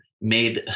made